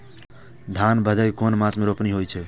धान भदेय कुन मास में रोपनी होय छै?